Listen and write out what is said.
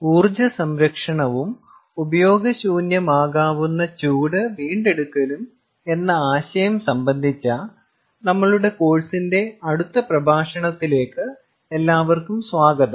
ഊർജ്ജ സംരക്ഷണവും ഉപയോഗശൂന്യമാകാവുന്ന ചൂട് വീണ്ടെടുക്കലും എന്ന ആശയം സംബന്ധിച്ച നമ്മളുടെ കോഴ്സിന്റെ അടുത്ത പ്രഭാഷണത്തിലേക്ക് എല്ലാവർക്കും സ്വാഗതം